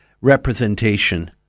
representation